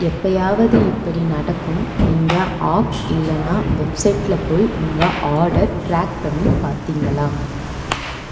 எப்போயாவது இப்படி நடக்கும் நீங்கள் ஆப் இல்லைனா வெப்சைட்ல போய் உங்கள் ஆர்டர் ட்ராக் பண்ணி பார்த்தீங்களா